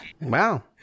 Wow